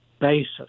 basis